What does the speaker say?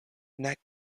nek